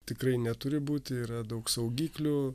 tikrai neturi būti yra daug saugiklių